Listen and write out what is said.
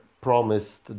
promised